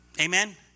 Amen